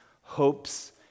hopes